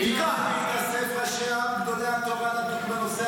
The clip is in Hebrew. אבל אתה הבאת לרב טייב לקרוא.